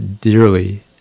dearly